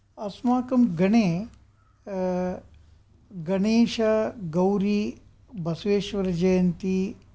अस्माकं गणे गणेश गौरि बस्वेश्वरजयन्ति